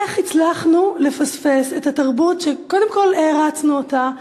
איך הצלחנו לפספס את התרבות שקודם כול הערצנו אותה,